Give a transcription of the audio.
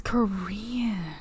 Korean